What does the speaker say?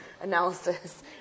analysis